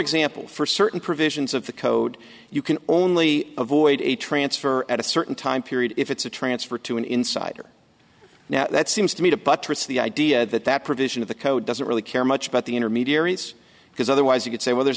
example for certain provisions of the code you can only avoid a transfer at a certain time period if it's a transfer to an insider now that seems to me to buttress the idea that that provision of the code doesn't really care much about the intermediaries because otherwise you could say well there's